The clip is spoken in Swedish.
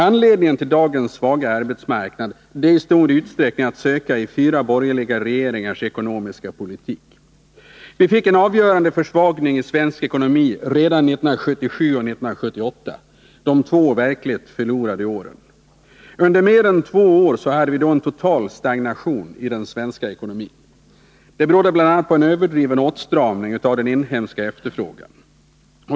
Anledningen till dagens svaga arbetsmarknad är i stor utsträckning att söka i fyra borgerliga regeringars ekonomiska politik. Vi fick en avgörande försvagning i vår ekonomi redan under 1977 och 1978, de två verkligt förlorade åren. Under mer än två år hade vi då en total stagnation i den svenska ekonomin. Detta berodde bl.a. på en överdriven åtstramning av den inhemska efterfrågan.